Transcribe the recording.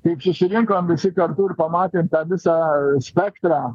taip susirinkom visi kartu ir pamatėm tą visą spektrą